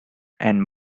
and